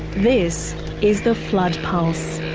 this is the flood pulse.